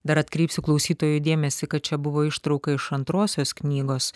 dar atkreipsiu klausytojų dėmesį kad čia buvo ištrauka iš antrosios knygos